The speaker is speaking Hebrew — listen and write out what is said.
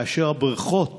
כאשר הבריכות